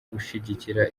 gushigikira